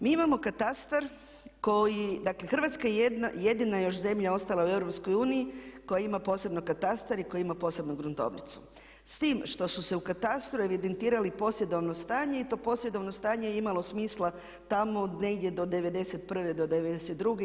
Mi imamo katastar koji, dakle Hrvatska je jedina još zemlja ostala u EU koja ima posebno katastar i koja ima posebno gruntovnicu, s tim što su se u katastru evidentirali posjedovno stanje i to posjedovno stanje je imalo smisla tamo negdje do '91. do '92.